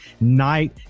night